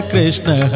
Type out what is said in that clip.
Krishna